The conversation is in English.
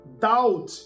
doubt